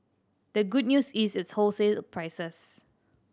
the good news is its wholesale prices